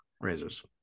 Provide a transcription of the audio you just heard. Razors